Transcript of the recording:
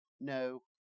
no